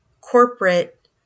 corporate